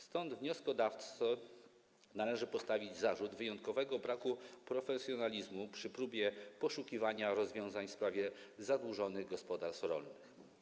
Stąd wnioskodawcy należy postawić zarzut wyjątkowego braku profesjonalizmu przy próbie poszukiwania rozwiązań w sprawie zadłużonych gospodarstw rolnych.